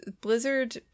Blizzard